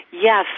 yes